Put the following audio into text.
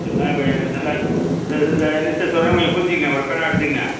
அதான் கொஞ்சம் நல்லா இது இந்த லிஸ்ட்டை சொல்கிறேன் கொஞ்சம் குறிச்சிகோங்க ஒரு பேனாவை எடுத்துகோங்க